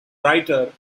writer